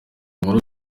inkuru